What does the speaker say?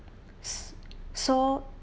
s~ so